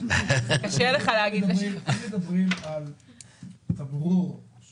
אם מדברים על תמרור אז